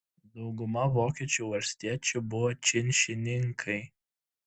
dauguma vokiečių valstiečių buvo činšininkai